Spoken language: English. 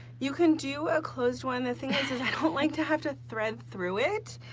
you can do a closed one, the thing is is i don't like to have to thread through it